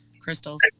crystals